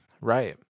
Right